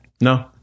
no